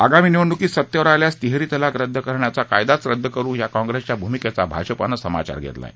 आगामी निवडणुकीत सत्तेवर आल्यास तिहेरी तलाक रद्द करण्याचा कायदाच रद्द करु या काँप्रेसच्या भूमिकेचा भाजपानं समाचार घेतला आहे